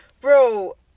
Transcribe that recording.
bro